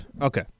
okay